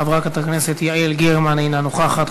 חברת הכנסת יעל גרמן, אינה נוכחת.